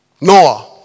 Noah